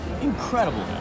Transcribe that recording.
Incredible